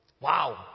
Wow